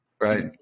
Right